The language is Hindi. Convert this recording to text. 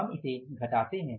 हम इसे घटाते हैं